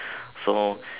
so